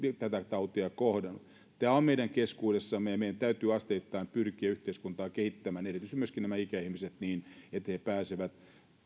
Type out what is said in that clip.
tätä tautia kohdannut tämä on meidän keskuudessamme ja meidän täytyy asteittain pyrkiä yhteiskuntaa kehittämään erityisesti myöskin nämä ikäihmiset ottamaan huomioon niin että he pääsevät